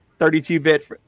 32-bit